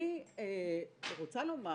אני רוצה לומר